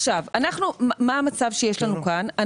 מה המצב שיש לנו כאן?